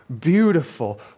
beautiful